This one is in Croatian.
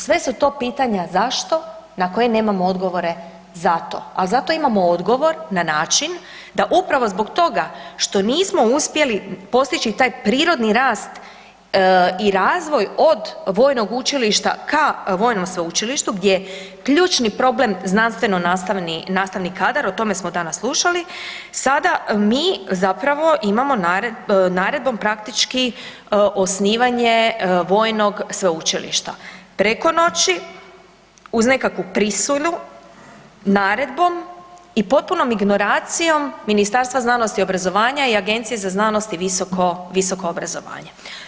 Sve su to pitanja zašto na koja nemamo odgovore zato, a zato imamo odgovor na način da upravo zbog toga što nismo uspjeli postići taj prirodni rast i razvoj od vojnog učilišta ka vojnom sveučilištu gdje je ključni problem znanstveno nastavni, nastavni kadar, o tome smo danas slušali, sada mi zapravo imamo naredbom praktički osnivanje vojnog sveučilišta preko noći uz nekakvu prisulju naredbom i potpunom ignoracijom Ministarstva znanosti i obrazovanja i Agencije za znanost i visoko, visoko obrazovanje.